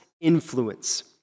influence